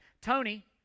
Tony